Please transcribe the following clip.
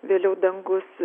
vėliau dangus